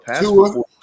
Two